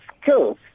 skills